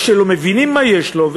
או שלא מבינים מה יש לו,